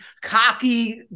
cocky